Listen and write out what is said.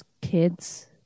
kids